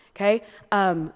okay